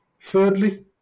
Thirdly